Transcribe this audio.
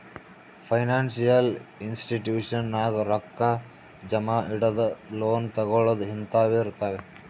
financial institution ನಾಗ್ ರೊಕ್ಕಾ ಜಮಾ ಇಡದು, ಲೋನ್ ತಗೋಳದ್ ಹಿಂತಾವೆ ಇರ್ತಾವ್